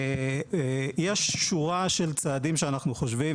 יש שורה של צעדים שאנחנו חושבים,